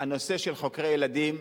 הנושא של חוקרי ילדים,